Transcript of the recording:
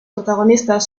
protagonistas